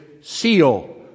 seal